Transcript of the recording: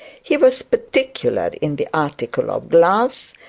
he was particular in the article of gloves,